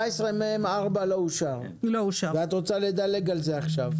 14מ(4) לא אושר ואת רוצה לדלג על זה עכשיו.